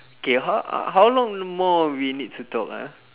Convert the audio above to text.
K h~ how long more we need to talk ah